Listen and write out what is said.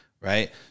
right